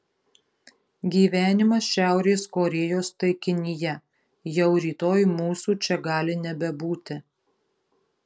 gyvenimas šiaurės korėjos taikinyje jau rytoj mūsų čia gali nebebūti